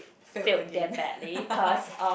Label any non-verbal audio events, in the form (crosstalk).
failed again (laughs)